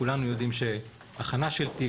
כולנו יודעים שהכנה של תיק,